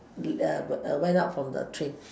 we uh went out from the train